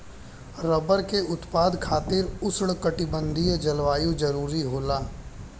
rubber के उत्पादन खातिर उष्णकटिबंधीय जलवायु जरुरी होला